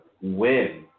win